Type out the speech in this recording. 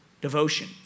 devotion